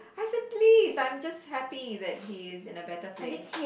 I said please I'm just happy that he is at a better place